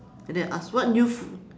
and then I ask what news